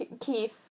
Keith